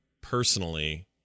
personally